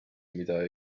mida